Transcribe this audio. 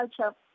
culture